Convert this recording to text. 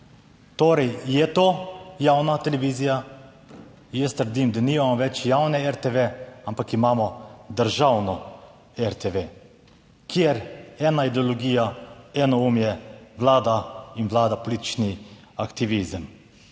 Torej, je to javna televizija? Jaz trdim, da nimamo več javne RTV, ampak imamo državno RTV, kjer ena ideologija, enoumje, vlada in vlada politični aktivizem.